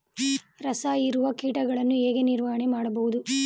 ರಸ ಹೀರುವ ಕೀಟಗಳನ್ನು ಹೇಗೆ ನಿರ್ವಹಣೆ ಮಾಡಬಹುದು?